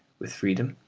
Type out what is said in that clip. with freedom,